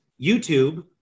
YouTube